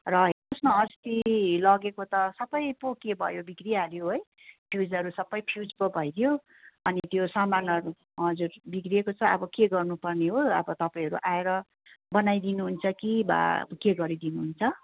र हेर्नोस् न अस्ति लगेको त सबै पो के भयो बिग्रिहल्यो है फ्युजहरू सबै फ्युज पो भइदियो अनि त्यो सामानहरू हजुर बिग्रेको छ अब के गर्नु पर्ने हो अब तपाईँहरू आएर बनाइदिनु हुन्छ कि बा के गरिदिनु हुन्छ